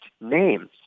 names